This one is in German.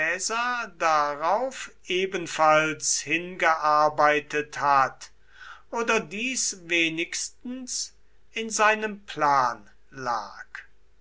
darauf ebenfalls hingearbeitet hat oder dies wenigstens in seinem plan lag